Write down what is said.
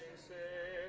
say